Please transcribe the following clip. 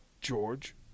George